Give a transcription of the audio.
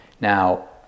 Now